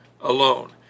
alone